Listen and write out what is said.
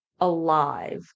alive